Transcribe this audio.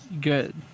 Good